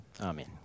Amen